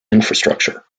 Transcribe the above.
infrastructure